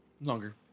longer